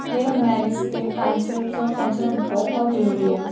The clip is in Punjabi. ਮੇਰਾ ਮੈਰਿਜ 'ਤੇ ਟਾਈਮ ਸਿਰ ਸਰ ਪਹੁੰਚਣਾ ਬਹੁਤ ਜ਼ਰੂਰੀ ਆ